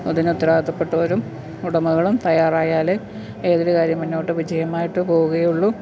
അതിന് ഉത്തരവാദിത്തപ്പെട്ടവരും ഉടമകളും തയ്യാറായാലേ ഏതൊരു കാര്യവും മുന്നോട്ട് വിജയമായിട്ട് പോവുകയുള്ളൂ